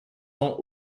ans